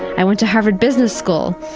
i went to harvard business school,